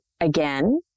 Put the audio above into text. again